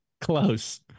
Close